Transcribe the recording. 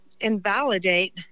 invalidate